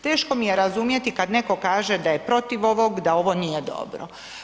Teško mi je razumjeti kad netko kaže da je protiv ovog da ovo nije dobro.